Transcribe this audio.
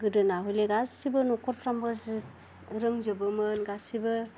गोदोना हयले गासिबो न'खरफ्रामबो जि रोंजोबोमोन गासिबो